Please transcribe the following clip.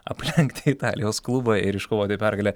aplenkti italijos klubą ir iškovoti pergalę